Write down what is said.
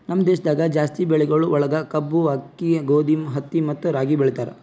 ನಮ್ ದೇಶದಾಗ್ ಜಾಸ್ತಿ ಬೆಳಿಗೊಳ್ ಒಳಗ್ ಕಬ್ಬು, ಆಕ್ಕಿ, ಗೋದಿ, ಹತ್ತಿ ಮತ್ತ ರಾಗಿ ಬೆಳಿತಾರ್